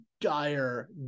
dire